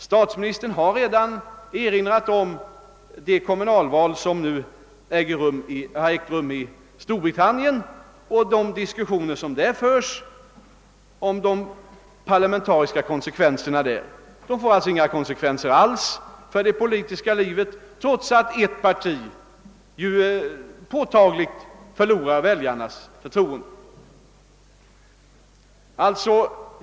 Statsministern har redan erinrat om de kommunalval som ägt rum i Storbritannien och de diskussioner som där förts om de parlamentariska konsekvenserna. Där blir det alltså inga konsekvenser alls för det politiska livet, trots att ett parti påtagligt förlorat väljarnas förtroende.